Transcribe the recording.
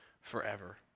forever